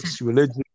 religion